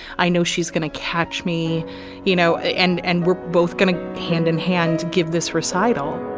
i know she's going to catch me you know and and we're both going to hand in hand give this recital.